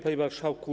Panie Marszałku!